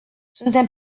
suntem